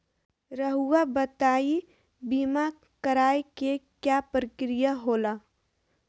रहुआ बताइं बीमा कराए के क्या प्रक्रिया होला?